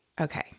okay